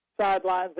sideline's